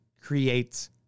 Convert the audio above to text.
create